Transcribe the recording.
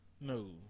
No